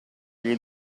gli